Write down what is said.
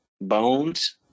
Bones